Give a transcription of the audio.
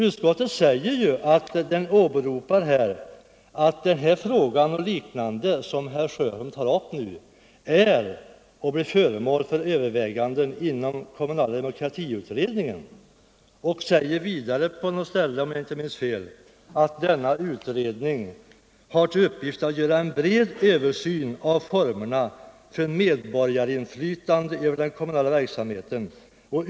Utskottet åberopar att den fråga som herr Sjöholm tar upp blir föremål för överväganden inom utredningen om den kommunala demokratin. Denna utredning har bl.a. till uppgift att göra ”en översyn av formerna för medborgarinflytande över den kommunala verksamheten”.